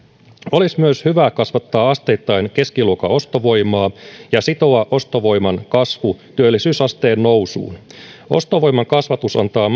olisi myös hyvää kasvattaa asteittain keskiluokan ostovoimaa ja sitoa ostovoiman kasvu työllisyysasteen nousuun ostovoiman kasvatus antaa